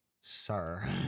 Sir